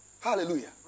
Hallelujah